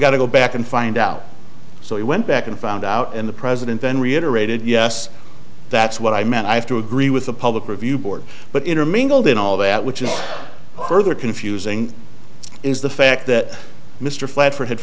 got to go back and find out so you went back and found out and the president then reiterated yes that's what i meant i have to agree with the public review board but intermingled in all that which is further confusing is the fact that mr flack for h